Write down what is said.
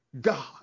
God